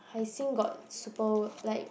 Hai Xing got super like